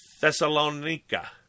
Thessalonica